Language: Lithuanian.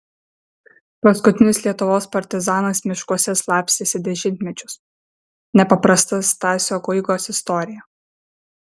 paskutinis lietuvos partizanas miškuose slapstėsi dešimtmečius nepaprasta stasio guigos istorija